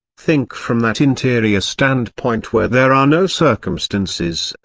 think from that interior standpoint where there are no circumstances,